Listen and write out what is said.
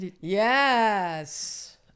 Yes